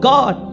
God